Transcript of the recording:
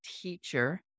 teacher